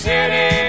City